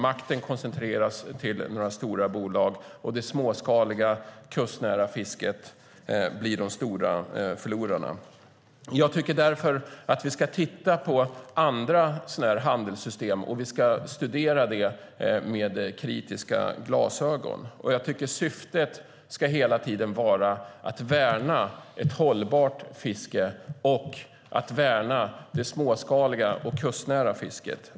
Makten koncentreras till några stora bolag. Och det småskaliga kustnära fisket blir den stora förloraren. Jag tycker därför att vi ska titta på andra liknande handelssystem och studera dem med kritiska ögon. Syftet ska hela tiden vara att värna ett hållbart fiske och att värna det småskaliga och kustnära fisket.